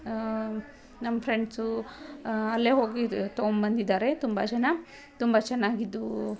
ನಮ್ಮ ಫ್ರೆಂಡ್ಸೂ ಅಲ್ಲೇ ಹೋಗಿದ್ದು ತಗೊಂಡ್ಬಂದಿದ್ದಾರೆ ತುಂಬ ಜನ ತುಂಬ ಚೆನ್ನಾಗಿದ್ವು